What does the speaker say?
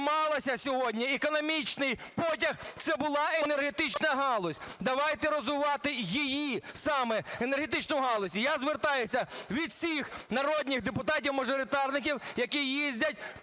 вся держава трималася сьогодні, економічний потяг, це була енергетична галузь. Давайте розвивати саме її – енергетичну галузь. Я звертаюсь від всіх народних депутатів-мажоритарників, які їздять